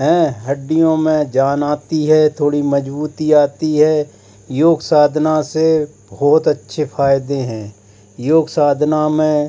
हैं हड्डियों में जान आती है थोड़ी मजबूती आती है योग साधना से बहुत अच्छे फ़ायदे हैं योग साधना में